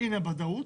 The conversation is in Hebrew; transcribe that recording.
הנה ודאות.